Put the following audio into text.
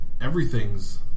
everything's